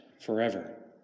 forever